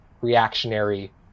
reactionary